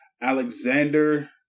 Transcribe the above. Alexander